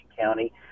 County